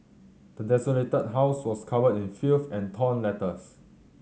the desolated house was covered in filth and torn letters